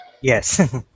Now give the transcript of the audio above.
Yes